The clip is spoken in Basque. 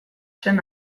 zen